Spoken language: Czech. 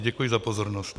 Děkuji za pozornost.